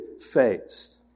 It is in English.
faced